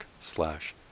slash